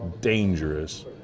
dangerous